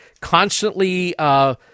constantly